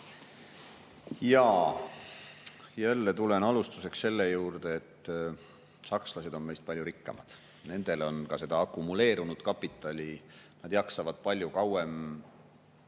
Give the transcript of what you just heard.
Jälle tulen alustuseks selle juurde, et sakslased on meist palju rikkamad. Nendel on ka seda akumuleerunud kapitali. Nad jaksavad palju kauem